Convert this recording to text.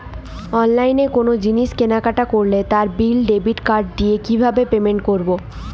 অনলাইনে কোনো জিনিস কেনাকাটা করলে তার বিল ডেবিট কার্ড দিয়ে কিভাবে পেমেন্ট করবো?